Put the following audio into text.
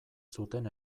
zuten